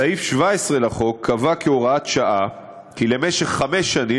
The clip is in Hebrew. בסעיף 17 לחוק נקבע כהוראת שעה כי למשך חמש שנים